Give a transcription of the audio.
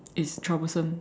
it's troublesome